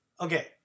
Okay